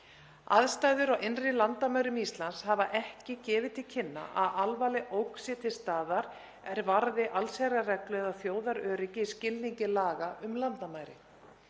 Aðstæður á innri landamærum Íslands hafa ekki gefið til kynna að alvarleg ógn sé til staðar er varði allsherjarreglu eða þjóðaröryggi í skilningi laga um landamæri.